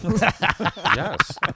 Yes